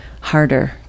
harder